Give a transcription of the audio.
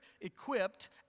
equipped